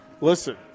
listen